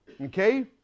Okay